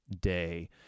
Day